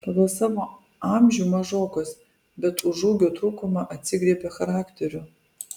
pagal savo amžių mažokas bet už ūgio trūkumą atsigriebia charakteriu